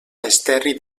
esterri